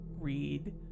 Read